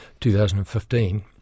2015